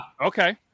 Okay